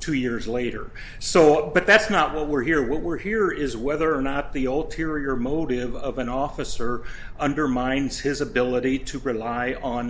two years later so but that's not what we're here what we're here is whether or not the old theory or motive of an officer undermines his ability to rely on